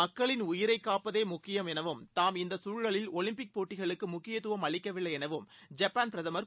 மக்களின் உயிரைக் காப்பதே முக்கியம் எனவும் தாம் இந்த தூழலில் ஒலிம்பிக் போட்டிகளுக்கு முக்கியத்துவம் அளிக்கவில்லை எனவும் ஐப்பாள் பிரதமர் திரு